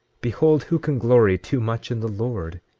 behold, who can glory too much in the lord?